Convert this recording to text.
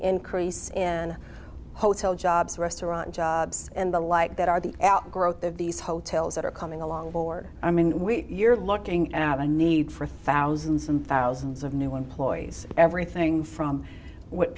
increase in hotel jobs restaurant jobs and the like that are the outgrowth of these hotels that are coming along or i mean we're looking at a need for thousands and thousands of new employees everything from what